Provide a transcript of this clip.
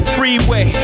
Freeway